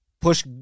push